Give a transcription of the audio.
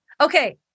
Okay